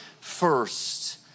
first